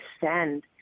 send